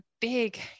big